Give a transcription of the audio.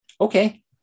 Okay